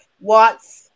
Watts